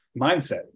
mindset